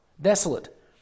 desolate